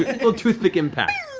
and little toothpick impact.